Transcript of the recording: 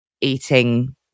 eating